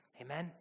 Amen